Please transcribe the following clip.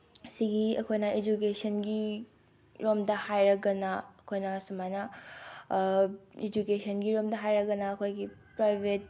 ꯁꯤꯒꯤ ꯑꯩꯈꯣꯏꯅ ꯏꯖꯨꯀꯦꯁꯟꯒꯤ ꯃꯔꯝꯗ ꯍꯥꯏꯔꯒꯅ ꯑꯩꯈꯣꯏꯅ ꯁꯨꯃꯥꯏꯅ ꯏꯖꯨꯀꯦꯁꯟꯒꯤ ꯃꯔꯝꯗ ꯍꯥꯏꯔꯒꯅ ꯑꯩꯈꯣꯏꯒꯤ ꯄ꯭ꯔꯥꯏꯕꯦꯠ